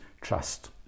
trust